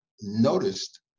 noticed